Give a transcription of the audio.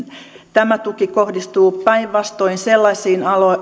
tämä tuki kohdistuu päinvastoin sellaisiin